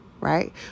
Right